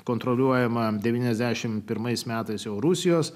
kontroliuojama devyniasdešim pirmais metais rusijos